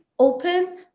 open